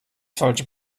falsche